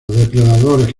depredadores